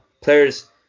players